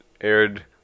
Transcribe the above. aired